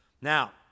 Now